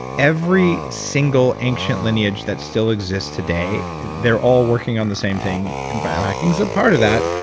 every single ancient lineage that still exists today they're all working on the same thing and biohacking's a part of that,